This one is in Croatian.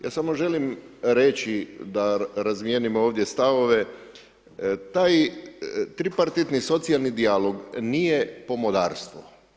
Ja samo želim reći da razmjenjujemo ovdje stavove, taj tripartitni socijalni dijalog nije pomodarstvo.